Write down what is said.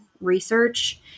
research